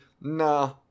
nah